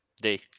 day